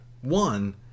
One